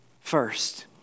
First